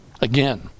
Again